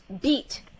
beat